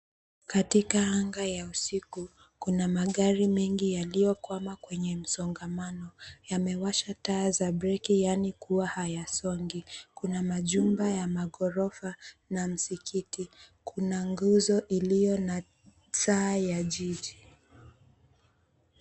Katika anga ya usiku, kuna magari mengi yaliyokwama kwenye msongamano yamewasha taa za breki, yaani kuwa hayasongi. Kuna majumba ya magorofa na msikiti. Kuna nguzo iliyo na saa ya jiji.